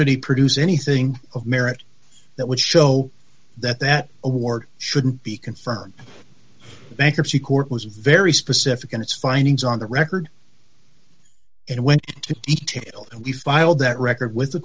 did he produce anything of merit that would show that that award shouldn't be confirmed the bankruptcy court was very specific in its findings on the record and went to detail and we filed that record with the